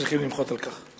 צריכים למחות על כך.